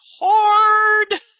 hard